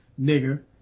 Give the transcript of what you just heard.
nigger